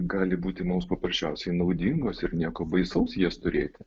gali būti mums paprasčiausiai naudingos ir nieko baisaus jas turėti